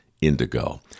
indigo